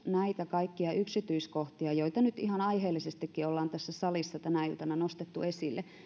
näitä kaikkia yksityiskohtia joita nyt ihan aiheellisestikin ollaan tässä salissa tänä iltana nostettu esille